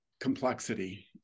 complexity